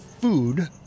food